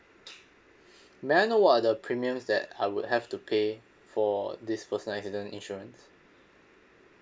may I know what are the premiums that I would have to pay for this personal accident insurance